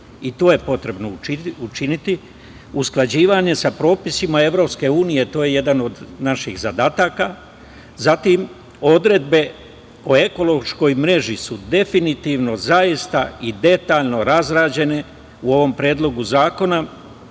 i to je potrebno učiniti. Usklađivanje sa propisima EU, to je jedan od naših zadataka. Zatim, odredbe o ekološkoj mreži su definitivno zaista i detaljno razrađene u ovom predlogu zakona,